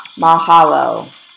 mahalo